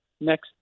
next